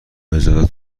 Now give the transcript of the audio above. اجازه